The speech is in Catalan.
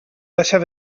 deixar